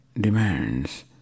demands